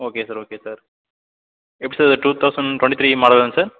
okay sir okay sir எப்படி sir அது two thousand twenty three மாடலாங்க சார்